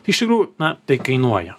iš tikrų na tai kainuoja